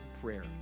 prayer